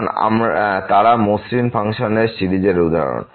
কারণ তারা মসৃণ ফাংশন সিরিজের উদাহরণ